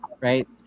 right